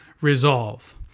resolve